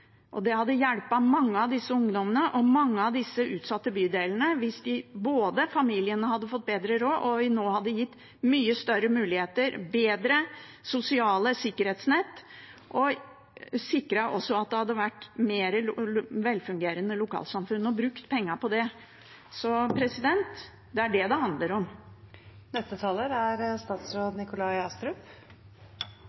Det hadde hjulpet mange av disse ungdommene og mange av disse utsatte bydelene hvis de familiene både hadde fått bedre råd og vi hadde gitt dem mye større muligheter, og om vi hadde brukt pengene på bedre sosiale sikkerhetsnett og sikret at det var mer velfungerende lokalsamfunn. Det er det det handler om. Jeg beklager å forlenge denne debatten, men jeg mener at den kritikken som representanten her fremfører, er